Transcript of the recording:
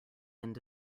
end